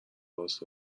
راست